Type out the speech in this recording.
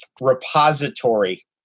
repository